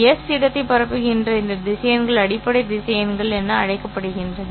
S இடத்தை பரப்புகின்ற இந்த திசையன்கள் அடிப்படை திசையன்கள் என அழைக்கப்படுகின்றன